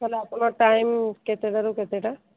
ତାହେଲେ ଆପଣ ଟାଇମ୍ କେତେଟାରୁ କେତେଟା